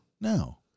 No